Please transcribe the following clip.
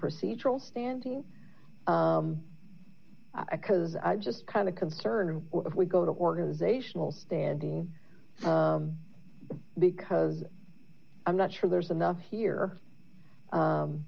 procedural standing icas i just kind of concerned if we go to organizational standing because i'm not sure there's enough here